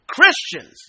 Christians